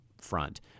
front